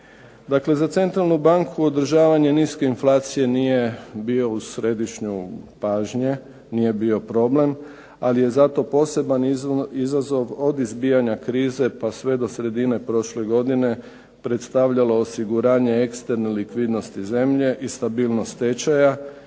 Dakle, za centralnu banku održavanje niske inflacije nije bio u središtu pažnje, nije bio problem ali je zato poseban izazov od izbijanja krize pa sve do sredine prošle godine predstavljalo osiguranje eksterne likvidnosti zemlje i stabilnost tečaja